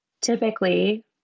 typically